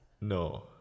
No